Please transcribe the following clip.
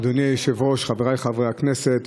אדוני היושב-ראש, חבריי חברי הכנסת,